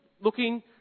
looking